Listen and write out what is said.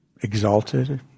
exalted